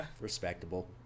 Respectable